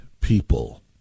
people